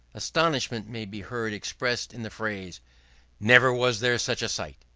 astonishment may be heard expressed in the phrase never was there such a sight!